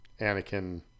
Anakin